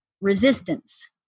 resistance